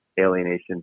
alienation